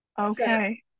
okay